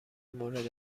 مورد